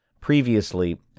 Previously